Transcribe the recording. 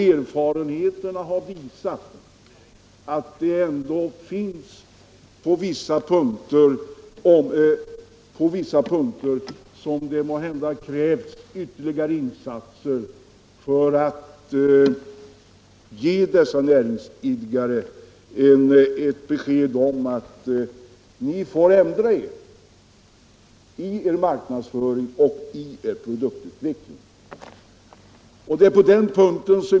Erfarenheterna har visat att det ändå på vissa punkter måhända krävs ytterligare insatser för att ge dessa näringsidkare besked om att de får ändra sin marknadsföring och sin produktutveckling.